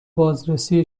بازرسی